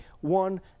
one